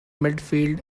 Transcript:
midfield